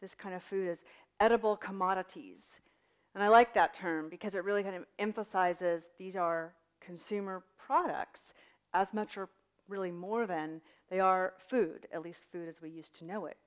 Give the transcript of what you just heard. this kind of food as edible commodities and i like that term because it really got it emphasizes these are consumer products as much or really more than they are food at least food as we used to know it